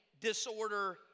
disorder